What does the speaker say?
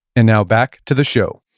and now back to the show.